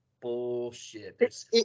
bullshit